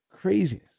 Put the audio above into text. crazy